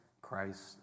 Christ